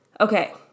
Okay